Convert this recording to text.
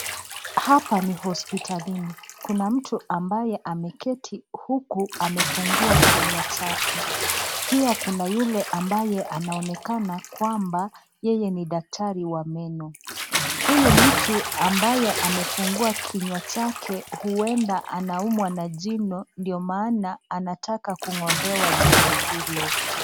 Hapa ni hospitalini, kuna mtu ambaye ameketi huku akifungua kinywa chake, pia kuna yule ambaye anaonekana kwamba yeye ni daktari wa meno. Huyu mtu ambaye amefungua kinywa chake uenda anaumwa na jino ndio maana anataka kungolewa jino hilo.